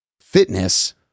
fitness